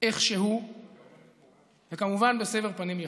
איך שהוא, וכמובן, בסבר פנים יפות.